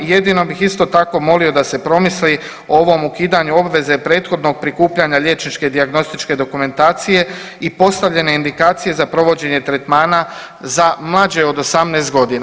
Jedino bih isto tako molio da se promisli o ovom ukidanju obveze prethodnog prikupljanja liječničke dijagnostičke dokumentacije i postavljene indikacije za provođenje tretmana za mlađe od 18.g.